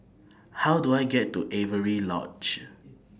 How Do I get to Avery Lodge